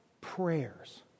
prayers